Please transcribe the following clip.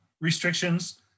restrictions